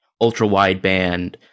ultra-wideband